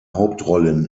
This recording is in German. hauptrollen